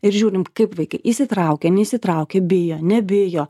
ir žiūrim kaip vaikai įsitraukia neįsitraukia bijo nebijo